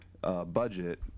budget